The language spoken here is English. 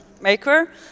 maker